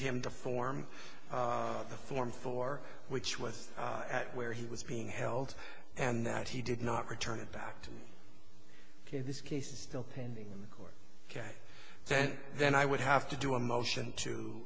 him the form of the form for which was at where he was being held and that he did not return it back to this case still pending court ok then then i would have to do a motion to